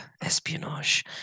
espionage